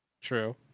True